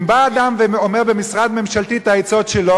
אם בא אדם ואומר במשרד ממשלתי את העצות שלו,